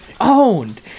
owned